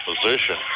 position